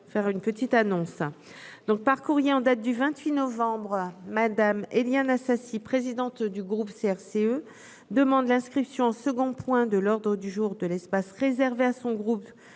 Faire une petite annonce donc par courrier en date du 28 novembre Madame Éliane Assassi, présidente du groupe CRCE demandent l'inscription second point de l'ordre du jour de l'espace réservé à son groupe